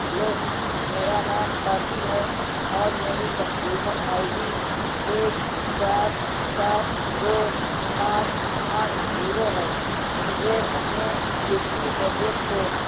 hello میرا نام قاسم ہے اور میری کنزیومر آئی ڈی ایک چار سات دو پانچ آٹھ زیرو ہے مجھے اپنے ڈلیوری ایڈریس کو